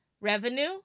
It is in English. revenue